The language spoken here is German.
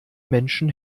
menschen